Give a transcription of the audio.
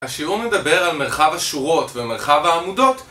השיעור מדבר על מרחב השורות ומרחב העמודות